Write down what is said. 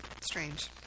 strange